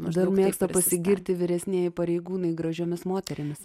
dar mėgsta pasigirti vyresnieji pareigūnai gražiomis moterimis